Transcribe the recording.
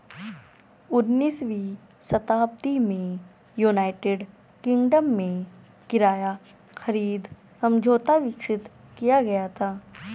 उन्नीसवीं शताब्दी में यूनाइटेड किंगडम में किराया खरीद समझौता विकसित किया गया था